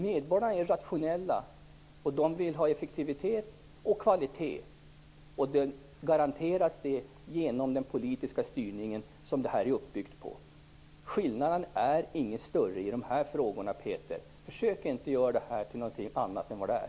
Medborgarna är rationella och vill ha effektivitet och kvalitet. De garanteras detta genom den politiska styrning som det här är uppbyggt på. Skillnaden är inte större i dessa frågor, Peter Eriksson. Försök inte göra detta till något annat än det är!